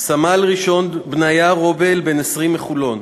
סמל-ראשון בניה רובל, בן 20, מחולון,